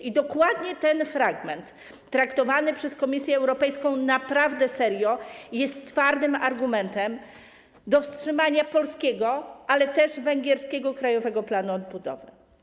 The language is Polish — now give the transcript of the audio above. I dokładnie ten fragment traktowany przez Komisję Europejską naprawdę serio jest twardym argumentem za wstrzymaniem polskiego, ale też węgierskiego krajowego planu odbudowy.